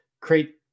create